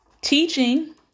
Teaching